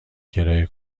کرایه